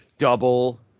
Double